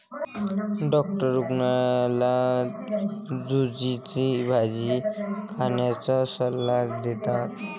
doctor रुग्णाला झुचीची भाजी खाण्याचा सल्ला देतात